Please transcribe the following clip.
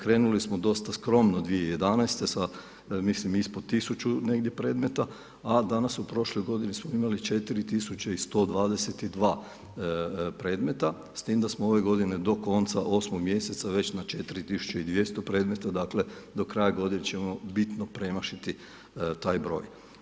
Krenuli smo dosta skromno 2011. sa mislim ispod 1000 negdje predmeta a danas u prošloj godini smo imali 4122 predmeta s tim da smo ove godine do konca 8. mjeseca već na 4200 predmeta, dakle do kraja godine ćemo bitno premašiti taj broj.